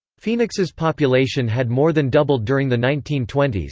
phoenix's population had more than doubled during the nineteen twenty s,